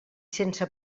sense